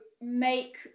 make